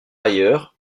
ailleurs